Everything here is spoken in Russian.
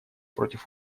против